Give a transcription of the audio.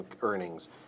earnings